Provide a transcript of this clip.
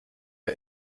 are